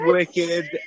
Wicked